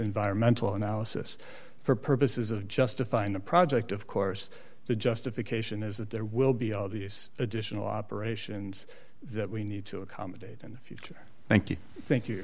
environmental analysis for purposes of justifying the project of course the justification is that there will be all these additional operations that we need to accommodate in the future thank you thank you